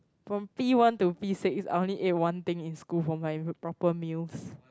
from P one to P six I only ate one thing in school for my proper meals